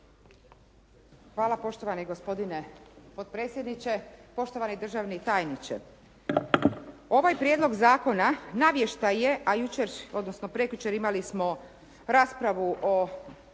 Hvala poštovani gospodine potpredsjedniče, poštovani državni tajniče. Ovaj prijedlog zakona navještaj je a jučer odnosno prekjučer imali smo raspravu o